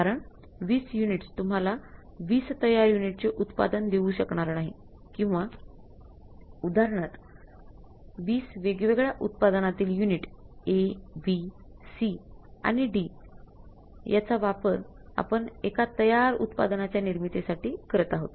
कारण २० युनिट्स तुम्हला २० तयार युनिटचे उत्पादन देऊ शकणार नाही किंवा उदाहरणार्थ २० वेगवेगळ्या उत्पादनातील unit A B C and D याचा वापर आपण एका तयार उत्पादनाच्या निर्मितीसाठी करत आहोत